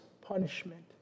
punishment